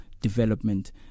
development